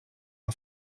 our